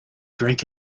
drank